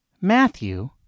Matthew